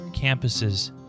campuses